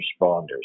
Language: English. responders